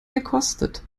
gekostet